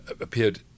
appeared